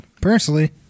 Personally